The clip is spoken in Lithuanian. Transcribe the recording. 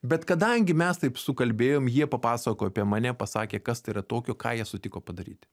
bet kadangi mes taip sukalbėjom jie papasakojo apie mane pasakė kas tai yra tokio ką jie sutiko padaryti